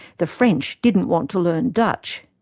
the french didn't want to learn dutch.